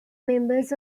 members